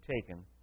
taken